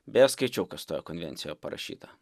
beje skaičiau kas toje konvencijoje parašyta